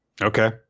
Okay